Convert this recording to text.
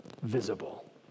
visible